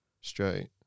straight